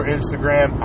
Instagram